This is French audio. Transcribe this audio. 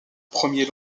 premier